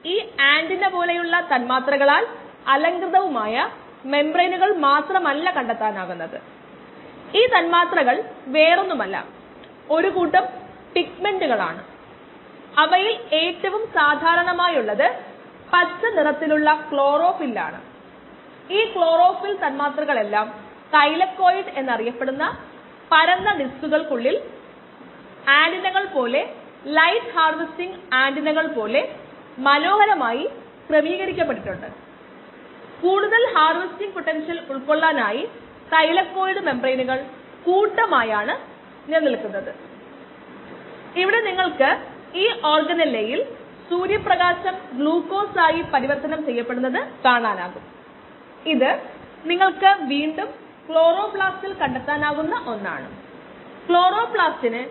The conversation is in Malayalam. അതിനാൽ ഇത് ഒരു ഭാഗമാണ് നിർദ്ദിഷ്ട വളർച്ചാ നിരക്ക് 0